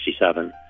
1967